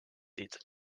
its